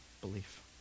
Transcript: belief